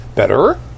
better